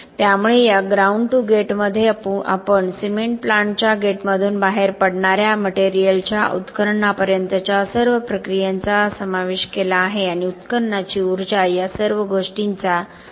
त्यामुळे या ground to गेटमध्ये आपण सिमेंट प्लांटच्या गेटमधून बाहेर पडणाऱ्या मटेरियलच्या उत्खननापर्यंतच्या सर्व प्रक्रियांचा समावेश केला आहे आणि उत्खननाची ऊर्जा या सर्व गोष्टींचा समावेश आहे